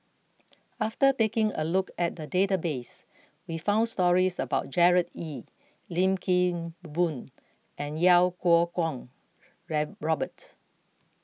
after taking a look at the database we found stories about Gerard Ee Lim Kim Boon and Iau Kuo Kwong Robert